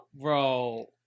Bro